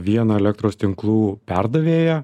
vieną elektros tinklų perdavėją